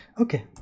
okay